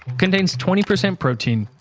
contains twenty percent protein,